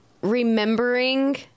remembering